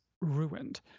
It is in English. ruined